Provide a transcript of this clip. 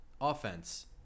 Offense